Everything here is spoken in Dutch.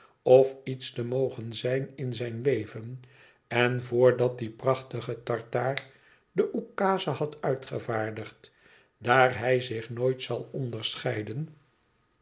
of iets te mogen zijn in zijn leven en voordat die prachtige tartaar de ukase had uitgevaardigd daar hij zichnooitzal onderscheiden